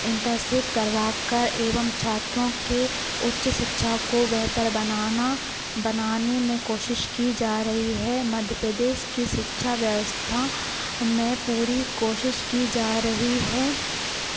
internship करवाकर एवं छात्रों के उच्च शिक्षा को बेहतर बनाना बनाने में कोशिश की जा रही है मध्य प्रदेश की शिक्षा व्यवस्था में पूरी कोशिश की जा रही है